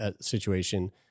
situation